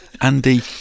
Andy